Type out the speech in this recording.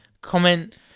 comment